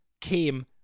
came